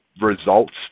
Results